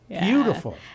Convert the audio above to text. beautiful